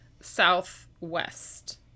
southwest